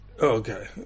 Okay